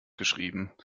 geschrieben